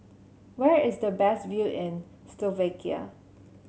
where is the best view in Slovakia